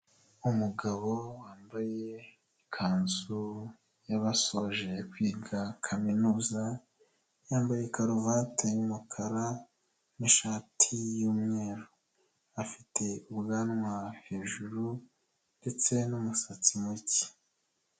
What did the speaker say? Umugabo wambaye ikanzu y'abasoje kwiga kaminuza, yambaye karuvati y'umukara, n'ishati y'umweru, afite ubwanwa hejuru, ndetse n'umusatsi mucye.